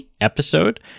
episode